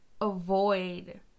avoid